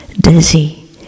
dizzy